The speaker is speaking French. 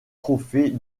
trophée